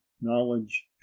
knowledge